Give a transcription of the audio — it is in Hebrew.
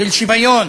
של שוויון,